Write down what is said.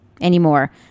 anymore